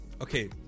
okay